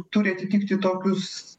turi atitikti tokius